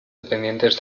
dependientes